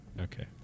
okay